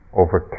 over